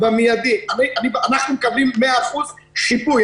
באופן מיידי אנחנו מקבלים 100% שיפוי,